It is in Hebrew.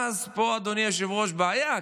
אז פה, אדוני היושב-ראש, בעיה.